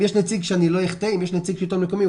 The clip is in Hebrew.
אם יש נציג שלטון מקומי,